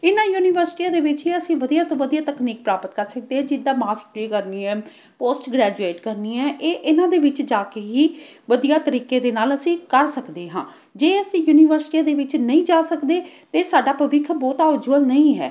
ਇਹਨਾਂ ਯੂਨੀਵਰਸਿਟੀਆਂ ਦੇ ਵਿੱਚ ਹੀ ਅਸੀਂ ਵਧੀਆ ਤੋਂ ਵਧੀਆ ਤਕਨੀਕ ਪ੍ਰਾਪਤ ਕਰ ਸਕਦੇ ਹਾਂ ਜਿੱਦਾਂ ਮਾਸਟਰੀ ਕਰਨੀ ਹੈ ਪੋਸਟ ਗਰੈਜੂਏਟ ਕਰਨੀ ਹੈ ਇਹ ਇਹਨਾਂ ਦੇ ਵਿੱਚ ਜਾ ਕੇ ਹੀ ਵਧੀਆ ਤਰੀਕੇ ਦੇ ਨਾਲ ਅਸੀਂ ਕਰ ਸਕਦੇ ਹਾਂ ਜੇ ਅਸੀਂ ਯੂਨੀਵਰਸਿਟੀਆਂ ਦੇ ਵਿੱਚ ਨਹੀਂ ਜਾ ਸਕਦੇ ਤਾਂ ਸਾਡਾ ਭਵਿੱਖ ਬਹੁਤਾ ਉਜਵੱਲ ਨਹੀਂ ਹੈ